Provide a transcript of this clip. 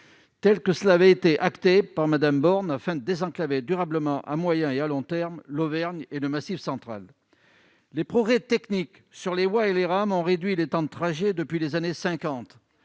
telle que cela avait été acté par Madame Borne enfin désenclaver durablement à moyen et à long terme, l'Auvergne et le Massif Central, les progrès techniques sur les voies et les rames ont réduit les temps de trajet depuis les années 50